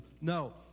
No